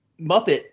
Muppet